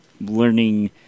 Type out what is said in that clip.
learning